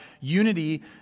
unity